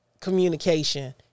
communication